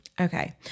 Okay